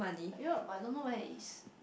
like you know but I don't know where it is